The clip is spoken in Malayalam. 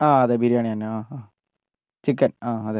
ആ അതെ ബിരിയാണി തന്നെ ആ ആ ചിക്കൻ ആ അതെ